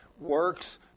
works